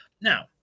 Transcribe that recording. Now